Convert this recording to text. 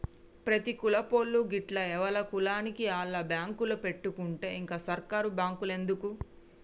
ప్రతి కులపోళ్లూ గిట్ల ఎవల కులానికి ఆళ్ల బాంకులు పెట్టుకుంటే ఇంక సర్కారు బాంకులెందుకు